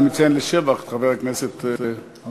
אני מציין לשבח את חבר הכנסת בר-לב,